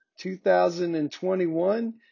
2021